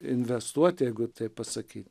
investuoti jeigu taip pasakyt